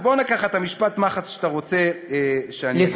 אז בוא ניקח את משפט המחץ שאתה רוצה שאני אומר,